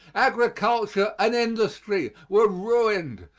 agriculture and industry were ruined,